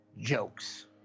jokes